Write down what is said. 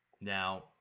Now